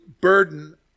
burden